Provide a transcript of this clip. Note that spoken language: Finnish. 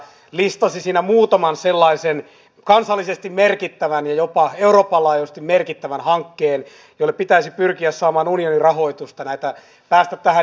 samoin olemme olleet tyytymättömiä tietenkin tähän verolinjaan eli eläkkeensaajia ja palkansaajia pitää kohdella reilulla tavalla oikeudenmukaisesti ja yhdenvertaisesti